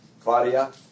Claudia